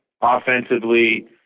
offensively